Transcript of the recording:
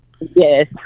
yes